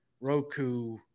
Roku